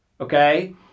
Okay